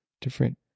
different